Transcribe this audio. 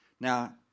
Now